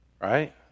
Right